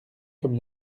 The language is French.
comme